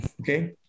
okay